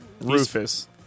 Rufus